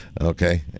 Okay